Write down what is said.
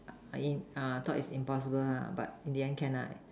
are in err thought is impossible lah but in the end can lah